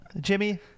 Jimmy